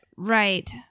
Right